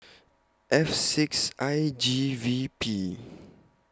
F six I G V P